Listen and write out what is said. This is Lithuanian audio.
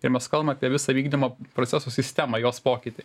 ir mes kalbam apie visą vykdymo procesų sistemą jos pokytį